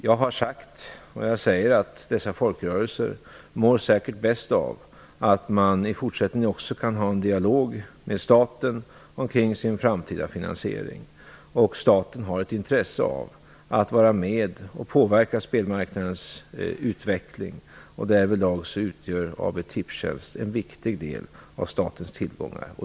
Jag har sagt och säger även nu att folkrörelserna säkert mår bäst av att man i fortsättningen kan ha en dialog med staten om den framtida finansieringen. Staten har ett intresse av att vara med och påverka spelmarknadens utveckling. Därvidlag utgör AB Tipstjänst en viktig del av statens tillgångar.